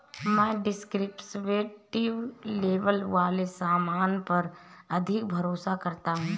मैं descriptive label वाले सामान पर अधिक भरोसा करता हूं